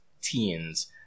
teens